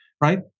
Right